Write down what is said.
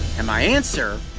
and my answer,